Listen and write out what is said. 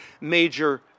major